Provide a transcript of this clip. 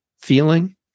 feeling